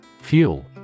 Fuel